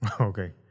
Okay